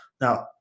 now